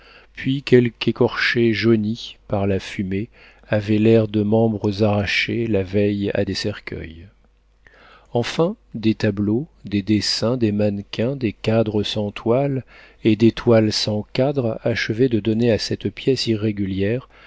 puis quelques écorchés jaunis par la fumée avaient l'air de membres arrachés la veille à des cercueils enfin des tableaux des dessins des mannequins des cadres sans toiles et des toiles sans cadres achevaient de donner à cette pièce irrégulière